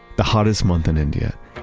the hottest month in india.